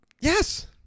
Yes